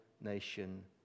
nation